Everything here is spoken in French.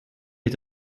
est